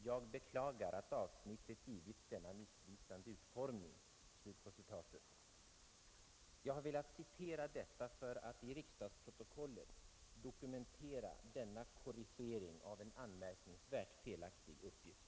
Jag beklagar att avsnittet givits denna missvisande utformning.” Jag har varit angelägen att citera detta för att i riksdagsprotokollet dokumentera denna korrigering av en anmärkningsvärt felaktig uppgift.